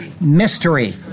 mystery